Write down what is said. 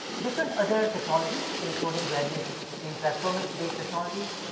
different other technologies including various interactomics based technologies,